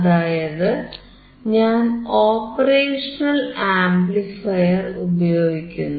അതായത് ഞാൻ operational amplifier ഉപയോഗിക്കുന്നു